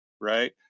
right